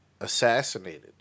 assassinated